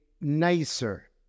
nicer